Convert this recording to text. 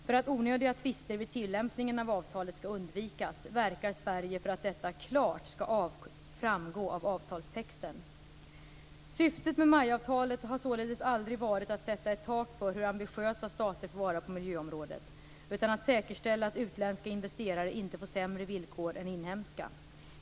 För att onödiga tvister vid tillämpningen av avtalet skall undvikas verkar Sverige för att detta klart skall framgå av avtalstexten. Syftet med MAI-avtalet har således aldrig varit att sätta ett tak för hur ambitiösa stater får vara på miljöområdet, utan att säkerställa att utländska investerare inte får sämre villkor än inhemska.